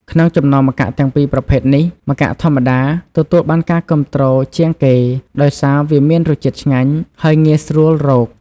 ក្នុងចំណោមម្កាក់ទាំងពីរប្រភេទនេះ ម្កាក់ធម្មតា ទទួលបានការគាំទ្រជាងគេ ដោយសារវាមានរសជាតិឆ្ងាញ់ ហើយងាយស្រួលរក។